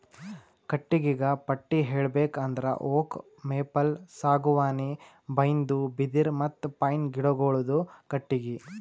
ಕಟ್ಟಿಗಿಗ ಪಟ್ಟಿ ಹೇಳ್ಬೇಕ್ ಅಂದ್ರ ಓಕ್, ಮೇಪಲ್, ಸಾಗುವಾನಿ, ಬೈನ್ದು, ಬಿದಿರ್ ಮತ್ತ್ ಪೈನ್ ಗಿಡಗೋಳುದು ಕಟ್ಟಿಗಿ